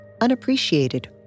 unappreciated